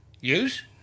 use